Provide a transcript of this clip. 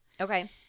Okay